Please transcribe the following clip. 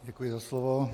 Děkuji za slovo.